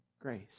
grace